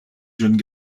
jeunes